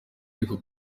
ariko